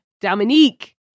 Dominique